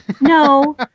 No